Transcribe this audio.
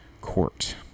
Court